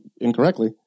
incorrectly